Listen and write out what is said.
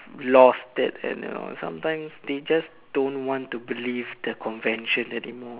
lost that you know sometimes they just don't want to believe the convention anymore